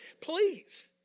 Please